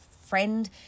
friend